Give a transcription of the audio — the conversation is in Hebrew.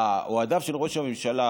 שאוהדיו של ראש הממשלה